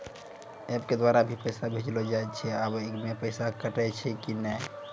App के द्वारा भी पैसा भेजलो जाय छै आबै मे पैसा कटैय छै कि नैय?